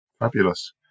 Fabulous